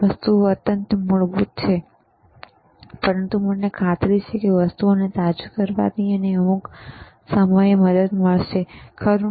આ વસ્તુઓ અત્યંત મૂળભૂત લાગે છે પરંતુ મને ખાતરી છે કે વસ્તુઓને તાજું કરવાથી તમને અમુક સમયે મદદ મળશે ખરું